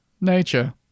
nature